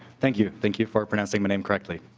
thank you thank you for pronouncing my name correctly.